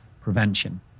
prevention